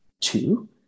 Two